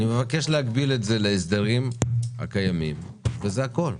אני מבקש להגביל את זה להסדרים הקיימים, זה הכול.